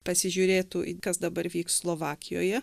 pasižiūrėtų į kas dabar vyks slovakijoje